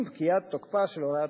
עם פקיעת תוקפה של הוראת